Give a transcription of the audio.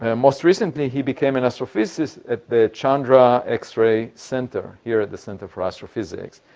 and most recently he became an astrophysicist at the chandra x-ray center here at the center for astrophysics.